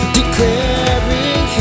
Declaring